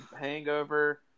Hangover